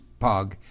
pog